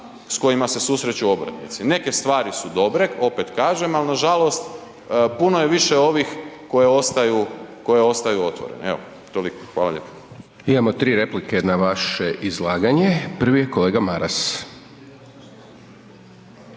s kojima se susreću obrtnici. Neke stvari su dobre, opet kažem ali nažalost, puno je više ovih koje ostaju otvorene, evo toliko, hvala lijepo.